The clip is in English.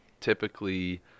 typically